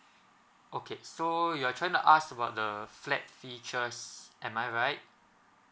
okay so you are trying to ask about the flat features am I right